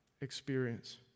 experience